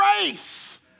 grace